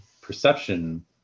perception